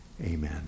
Amen